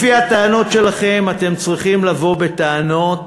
לפי הטענות שלכם, אתם צריכים לבוא בטענות